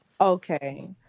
okay